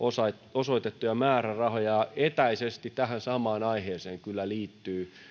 osoitettuja määrärahoja etäisesti tähän samaan aiheeseen kyllä liittyy